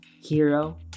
Hero